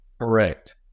Correct